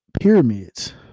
pyramids